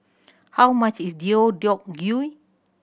how much is Deodeok Gui